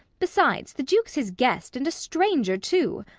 besides, the duke's his guest and a stranger too.